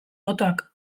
botoak